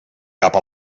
cap